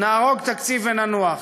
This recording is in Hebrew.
נהרוג תקציב וננוח.